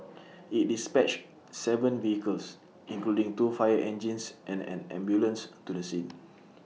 IT dispatched Seven vehicles including two fire engines and an ambulance to the scene